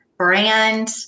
brand